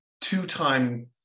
two-time